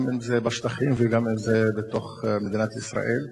בין שזה בשטחים ובין שזה בתוך מדינת ישראל,